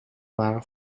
waren